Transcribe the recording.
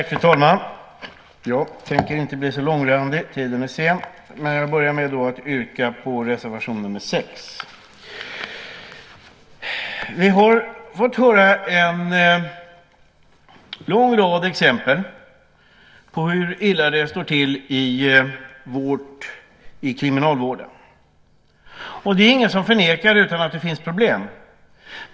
Fru talman! Jag tänker inte bli så mångordig eftersom timmen är sen. Jag börjar med att yrka bifall till reservation nr 6. Vi har fått en lång rad exempel på hur illa det står till inom kriminalvården. Det är inte heller någon som förnekar att det finns problem.